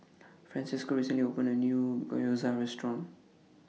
Francesco recently opened A New Gyoza Restaurant